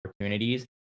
opportunities